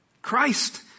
Christ